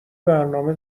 برنامه